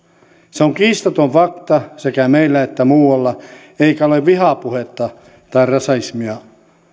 se on kiistaton fakta sekä meillä että muualla eikä ole vihapuhetta tai rasismia